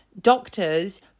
Doctors